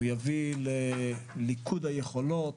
הוא יביא לליכוד היכולות,